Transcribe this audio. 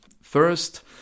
First